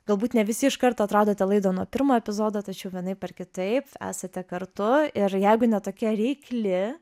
galbūt ne visi iš karto atradote laidą nuo pirmo epizodo tačiau vienaip ar kitaip esate kartu ir jeigu ne tokia reikli